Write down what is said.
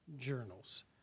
journals